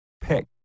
pick